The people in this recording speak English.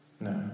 No